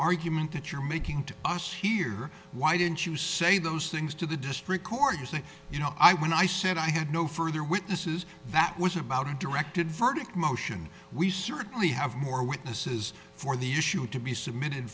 argument that you're making to us here why didn't you say those things to the district court say you know i when i said i had no further witnesses that was about a directed verdict motion we certainly have more witnesses for the issue to be